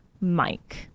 Mike